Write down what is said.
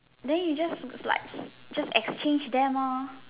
then you just like just exchange them lor